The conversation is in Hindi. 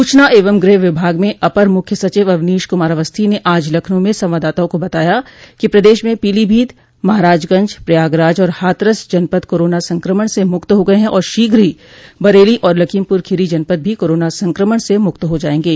सूचना एवं गृह विभाग में अपर मुख्य सचिव अवनीश कुमार अवस्थी ने आज लखनऊ में संवाददाताओं को बताया कि प्रदेश में पीलीभीत महराजगंज प्रयागराज और हाथरस जनपद कोरोना संक्रमण से मुक्त हो गये हैं और शीघ्र ही बरेली और लखीमपुर खीरी जनपद भी कोरोना संक्रमण से मुक्त हो जायेंगे